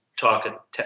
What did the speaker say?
talk